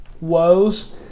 woes